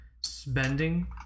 spending